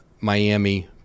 Miami